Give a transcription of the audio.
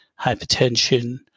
hypertension